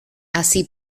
así